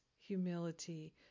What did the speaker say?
humility